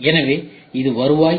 எனவே இது வருவாய்